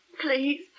Please